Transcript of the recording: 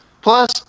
plus